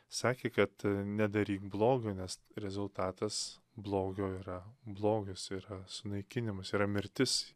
sakė kad nedaryk blogio nes rezultatas blogio yra blogis yra sunaikinimas yra mirtis